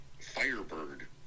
firebird